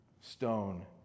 stone